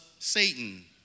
Satan